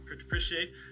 appreciate